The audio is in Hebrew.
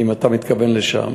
אם אתה מתכוון לשם,